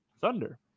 Thunder